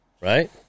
Right